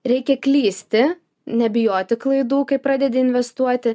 reikia klysti nebijoti klaidų kai pradedi investuoti